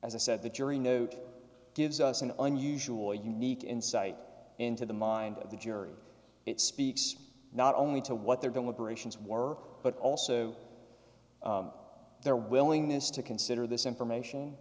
as i said the jury note gives us an unusual unique insight into the mind of the jury it speaks not only to what their deliberations war but also their willingness to consider this information